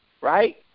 right